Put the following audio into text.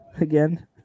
Again